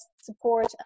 support